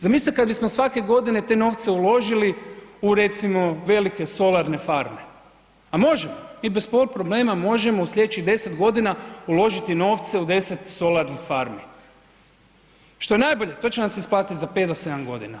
Zamislite kada bismo svake godine te novce uložili u recimo velike solarne farme, a možemo, mi bez pol problema u sljedećih 10 godina uložiti novce u 10 solarnih farmi, što je najbolje to će nam se isplatiti za 5 do 7 godina.